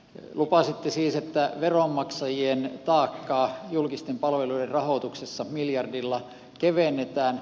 lupasitte siis että veronmaksajien taakkaa julkisten palvelujen rahoituksessa miljardilla kevennetään